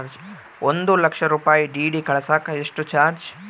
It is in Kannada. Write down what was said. ಒಂದು ಲಕ್ಷ ರೂಪಾಯಿ ಡಿ.ಡಿ ಕಳಸಾಕ ಎಷ್ಟು ಚಾರ್ಜ್?